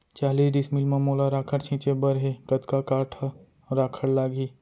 चालीस डिसमिल म मोला राखड़ छिंचे बर हे कतका काठा राखड़ लागही?